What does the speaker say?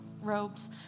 robes